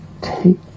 take